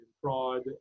fraud